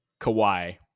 Kawhi